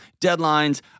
deadlines